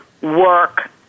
work